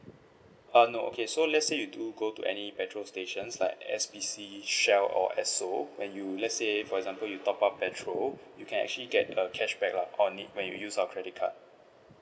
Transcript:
err no okay so let's say you do go to any petrol stations like S_P_C Shell or Esso when you let's say for example you top up petrol you can actually get a cashback lah on it when you use your credit card